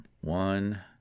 one